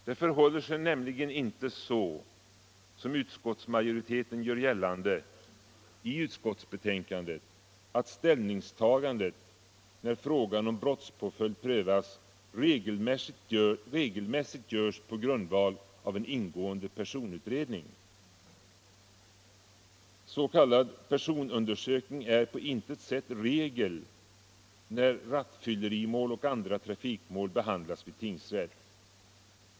Det förhåller sig nämligen inte så som utskottsmajoriteten gör gällande i utskottsbetänkandet, att ställningstagandet — när frågan om brottspåföljd prövas — regelmässigt görs på grundval av en ingående personutredning. S. k. personundersökning är på intet sätt regel när rattfyllerimål och andra trafikmål behandlas vid tingsrätt.